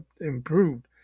improved